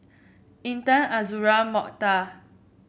Intan Azura Mokhtar